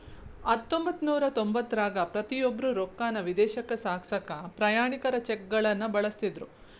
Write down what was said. ಹತ್ತೊಂಬತ್ತನೂರ ತೊಂಬತ್ತರಾಗ ಪ್ರತಿಯೊಬ್ರು ರೊಕ್ಕಾನ ವಿದೇಶಕ್ಕ ಸಾಗ್ಸಕಾ ಪ್ರಯಾಣಿಕರ ಚೆಕ್ಗಳನ್ನ ಬಳಸ್ತಿದ್ರು